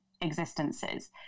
Existences